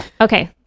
okay